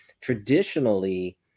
traditionally